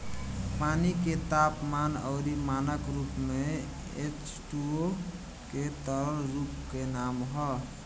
पानी के तापमान अउरी मानक रूप में एचटूओ के तरल रूप के नाम ह